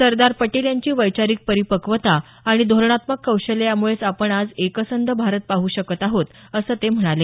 सरदार पटेल यांची वैचारिक परिपक्वता आणि धोरणात्मक कौशल्य यामुळेच आज आपण एकसंध भारत पाहू शकत आहोत असं ते म्हणाले